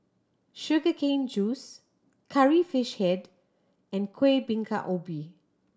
sugar cane juice Curry Fish Head and Kueh Bingka Ubi